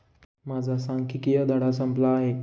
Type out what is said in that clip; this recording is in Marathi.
माझा सांख्यिकीय धडा संपला आहे